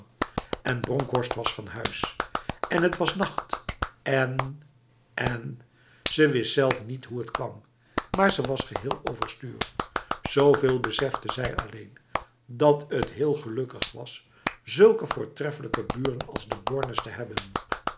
en bronkhorst was van huis en het was nacht en en ze wist zelf niet hoe het kwam maar ze was geheel overstuur zoveel besefte zij alleen dat het heel gelukkig was zulke voortreffelijke buren als de bornes te hebben